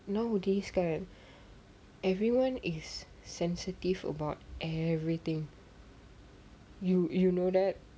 nowadays kan everyone is sensitive about everything you you know that